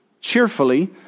Cheerfully